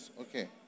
Okay